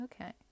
Okay